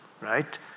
right